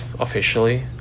Officially